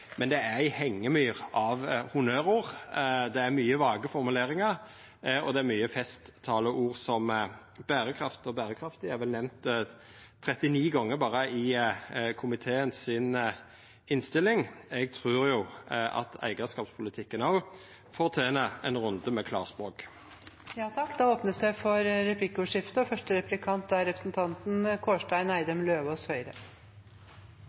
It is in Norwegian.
men det er ei hengemyr av honnørord, det er mykje vage formuleringar, og det er mykje festtaleord – berekraft og berekraftig er vel nemnt 39 gonger berre i komiteen si innstilling. Eg trur at eigarskapspolitikken òg fortener ein runde med klarspråk. Det blir replikkordskifte. Det